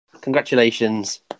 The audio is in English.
Congratulations